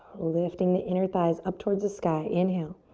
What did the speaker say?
lifting the inner thighs up towards the sky, inhale.